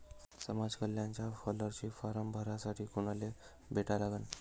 समाज कल्याणचा scholarship form भरासाठी कुनाले भेटा लागन?